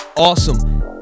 Awesome